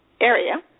area